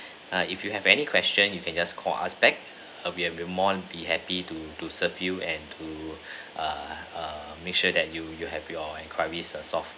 err if you have any questions you can just call us back we will be more than happy to to serve you and to err err make sure that you you have your enquiries resolved